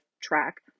track